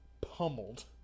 pummeled